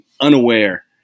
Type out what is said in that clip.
unaware